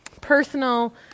personal